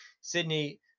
Sydney